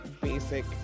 basic